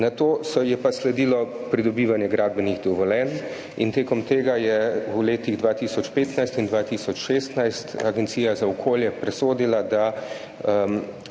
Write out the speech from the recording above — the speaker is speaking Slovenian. nato se je pa sledilo pridobivanje gradbenih dovoljenj. In tekom tega je v letih 2015 in 2016 Agencija za okolje presodila, da